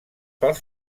pels